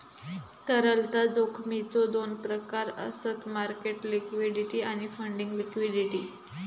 तरलता जोखमीचो दोन प्रकार आसत मार्केट लिक्विडिटी आणि फंडिंग लिक्विडिटी